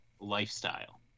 lifestyle